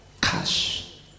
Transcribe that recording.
Cash